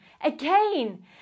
again